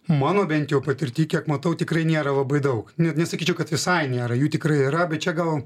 mano bent jau patirty kiek matau tikrai nėra labai daug ne net sakyčiau kad visai nėra jų tikrai yra bet čia gal